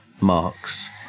marks